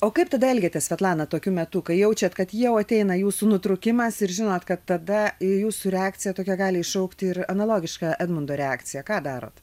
o kaip tada elgiatės svetlana tokiu metu kai jaučiat kad jau ateina jūsų nutrūkimas ir žinot kad tada jūsų reakcija tokia gali iššaukti ir analogišką edmundo reakciją ką darot